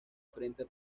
frente